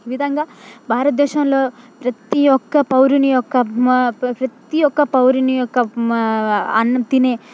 ఈ విధంగా భారత దేశంలో ప్రతీ ఒక్క పౌరుని యొక్క మా ప్ర ప్రతీ ఒక్క పౌరుని యొక్క మా అన్నం తినే